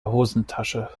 hosentasche